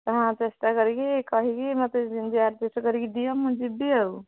ହଁ ଚେଷ୍ଟା କରିକି କହିକି ମୋତେ ଆଡ଼ଜଷ୍ଟ କରିକି ଦିଅ ମୁଁ ଯିବି ଆଉ